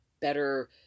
better